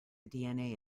dna